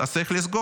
אז צריך לסגור.